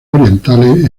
orientales